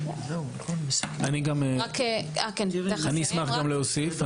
אני אשמח גם להוסיף.